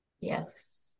yes